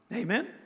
Amen